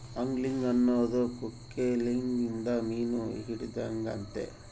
angling ಅನ್ನೊದು ಕೊಕ್ಕೆಲಿಂದ ಮೀನು ಹಿಡಿದಾಗೆತೆ